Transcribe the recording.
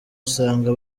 usanga